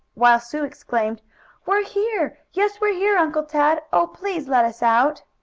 while sue exclaimed we're here! yes, we're here, uncle tad! oh, please let us out!